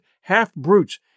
half-brutes